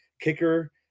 kicker